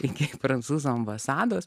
iki prancūzų ambasados